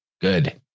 Good